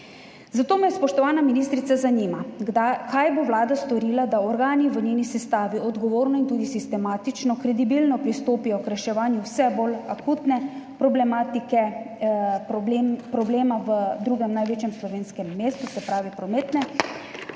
Zato me, spoštovana ministrica, zanima: Kaj bo Vlada storila, da organi v njeni sestavi odgovorno in tudi sistematično, kredibilno pristopijo k reševanju vse bolj akutne problematike v drugem največjem slovenskem mestu, se pravi prometne?